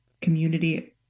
community